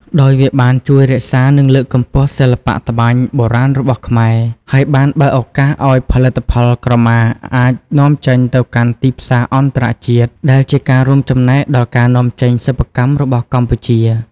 ដោយវាបានជួយរក្សា និងលើកកម្ពស់សិល្បៈត្បាញបុរាណរបស់ខ្មែរ ហើយបានបើកឱកាសឲ្យផលិតផលក្រមាអាច នាំចេញទៅកាន់ទីផ្សារអន្តរជាតិ ដែលជាការរួមចំណែកដល់ការនាំចេញសិប្បកម្មរបស់កម្ពុជា។